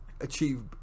achieve